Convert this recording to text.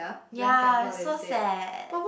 ya so sad